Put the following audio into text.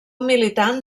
militant